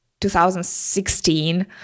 2016